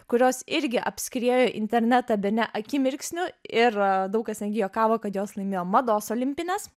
kurios irgi apskriejo internetą bene akimirksniu ir daug kas netgi juokavo kad jos laimėjo mados olimpines